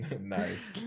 Nice